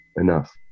enough